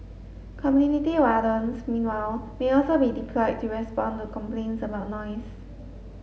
community wardens meanwhile may also be deployed to respond to complaints about noise